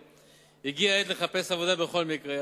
הגיעה העת לחפש עבודה בכל מקרה.